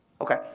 Okay